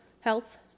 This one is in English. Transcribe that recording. Health